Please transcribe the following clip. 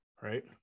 Right